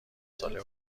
ساله